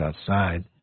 outside